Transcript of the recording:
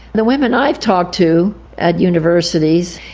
the women i've talked to at universities,